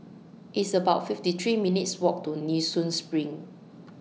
It's about fifty three minutes' Walk to Nee Soon SPRING